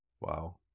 Wow